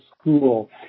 school